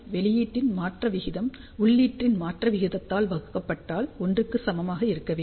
வெளியீட்டின் மாற்ற விகிதம் உள்ளீட்டின் மாற்ற விகிதத்தால் வகுக்கப்பட்டால் 1 க்கு சமமாக இருக்க வேண்டும்